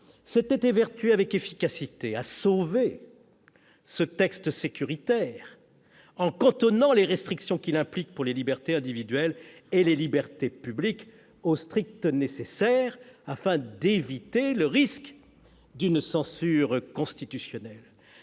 s'était évertué avec efficacité à sauver ce texte sécuritaire en cantonnant les restrictions qu'il implique pour les libertés individuelles et les libertés publiques au strict nécessaire, afin d'éviter le risque d'une censure constitutionnelle.